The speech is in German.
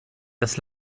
das